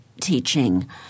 teaching